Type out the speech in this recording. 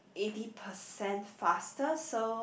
eighty percent faster so